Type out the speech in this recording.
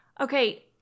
Okay